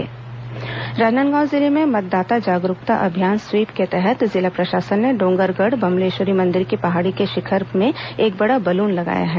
SVEEP कार्यक्रम राजनांदगांव जिले में मतदाता जागरूकता अभियान स्वीप के तहत जिला प्रशासन ने डोंगरगढ़ बम्लेश्वरी मंदिर की पहाड़ी के शिखर में बड़ा बलून लगाया है